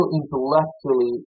intellectually